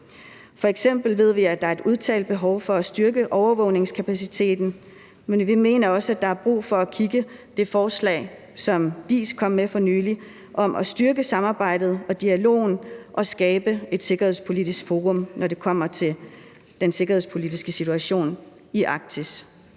F.eks. ved vi, at der er et udtalt behov for at styrke overvågningskapaciteten, men vi mener også, at der er brug for at kigge på det forslag, som DIIS kom med for nylig om at styrke samarbejdet og dialogen og skabe et sikkerhedspolitisk forum, når det kommer til den sikkerhedspolitiske situation i Arktis.